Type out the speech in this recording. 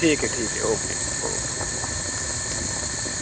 ٹھیک ہے ٹھیک ہے اوکے اوکے